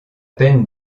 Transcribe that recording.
peine